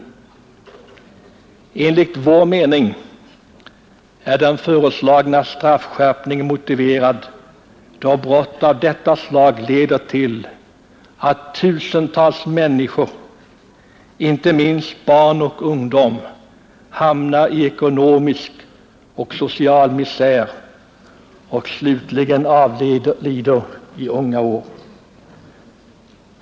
Enligt vår mening är den föreslagna straffskärpningen motiverad då brott av detta slag leder till att tusentals människor, inte minst barn och ungdom, hamnar i ekonomisk och social misär och slutligen avlider i unga år.